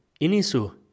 Inisu